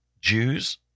Jews